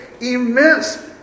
immense